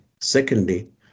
Secondly